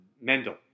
Mendel